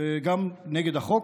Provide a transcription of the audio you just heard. וגם נגד החוק,